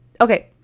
okay